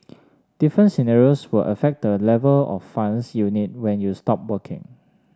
different scenarios will affect the level of funds you need when you stop working